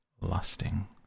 lusting